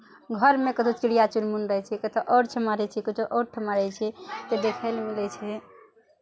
घरमे कतेक चिड़िया चुनमुन रहै छै कतहु आओर ठमा रहै छै कतहु आओर ठमा रहै छै तऽ देखय लए मिलै छै